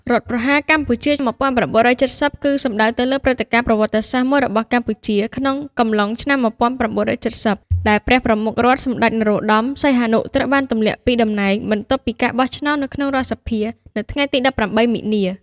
រដ្ឋប្រហារកម្ពុជា១៩៧០ គឺសំដៅទៅលើព្រឹត្តិការណ៍ប្រវត្តិសាស្ត្រមួយរបស់កម្ពុជា ក្នុងកំឡុងឆ្នាំ១៩៧០ ដែលព្រះប្រមុខរដ្ឋ សម្តេចនរោត្ដម សីហនុ ត្រូវបានទម្លាក់ពីតំណែង បន្ទាប់ពីការបោះឆ្នោតនៅក្នុងរដ្ឋសភានៅថ្ងៃទី ១៨ មីនា។